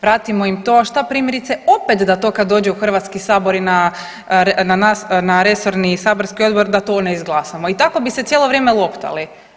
Pratimo to što primjerice da opet kad dođe u Hrvatski sabor i na resorni saborski odbor da to ne izglasamo i tako bi se cijelo vrijeme loptali.